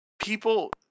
people